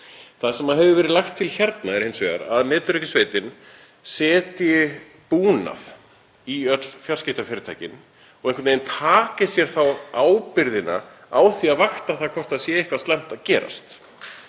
Það sem hefur verið lagt til hérna er hins vegar að netöryggissveitin setji búnað í öll fjarskiptafyrirtæki og taki einhvern veginn að sér ábyrgðina á því að vakta hvort eitthvað slæmt sé að gerast